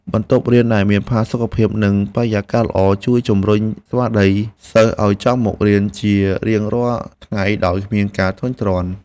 បន្ទប់រៀនដែលមានផាសុកភាពនិងបរិយាកាសល្អ ជួយជំរុញស្មារតីសិស្សឱ្យចង់មករៀនជារៀងរាល់ថ្ងៃដោយគ្មានការធុញទ្រាន់។